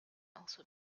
also